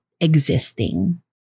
existing